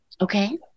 Okay